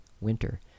winter